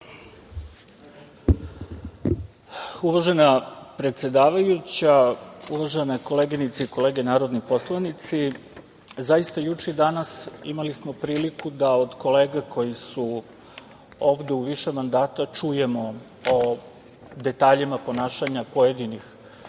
Uvažena predsedavajuća, uvažene koleginice i kolege narodni poslanici, juče i danas imali smo priliku da od kolege koji su ovde u više mandata čujemo o detaljima ponašanja pojedinih